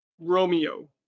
Romeo